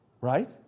right